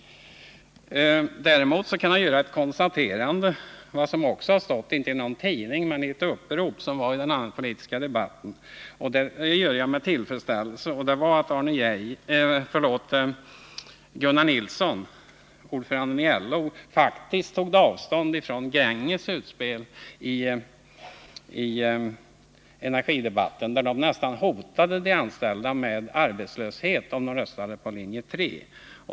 Däremot kan jag konstatera att vad som stått inte i någon tidning utan i ett upprop från Gränges blev behandlat i den allmänpolitiska debatten. Jag konstaterar med tillfredsställelse att Gunnar Nilsson, LO:s ordförande, faktiskt tog avstånd från Gränges utspel i energidebatten, där man nästan hotade de anställda med arbetslöshet, om de röstade på linje 3.